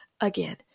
again